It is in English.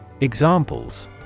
Examples